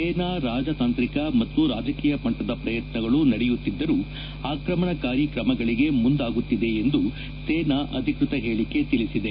ಸೇನಾ ರಾಜ ತಾಂತ್ರಿಕ ಮತ್ತು ರಾಜಕೀಯ ಮಟ್ಟದ ಪ್ರಯತ್ಪಗಳು ನಡೆಯುತ್ತಿದ್ದರೂ ಆಕ್ರಮಣಕಾರಿ ಕ್ರಮಗಳಿಗೆ ಮುಂದಾಗುತ್ತಿದೆ ಎಂದು ಸೇನಾ ಅಧಿಕೃತ ಹೇಳಿಕೆ ತಿಳಿಸಿದೆ